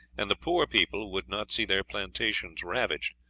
and the poor people would not see their plantations ravaged,